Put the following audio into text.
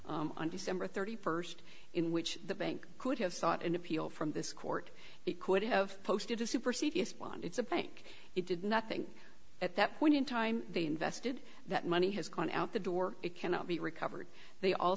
on december thirty first in which the bank could have sought an appeal from this court it could have posted to supersede respond it's a bank it did nothing at that point in time they invested that money has gone out the door it cannot be recovered they al